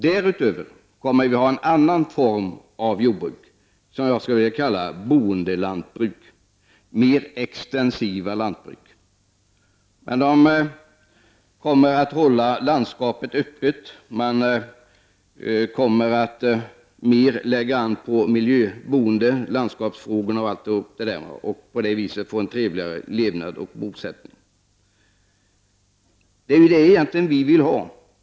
Därutöver kommer det att finnas en annan form av jordbruk, som jag skulle vilja kalla ”boendelantbruk” — ett mer extensivt lantbruk. Dessa boendelantbruk kommer att lägga an på miljöboende och landskapsfrågorna och därmed få en trevligare levnad och bosättning. Det är ju det som vi moderater önskar.